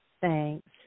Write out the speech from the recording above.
Thanks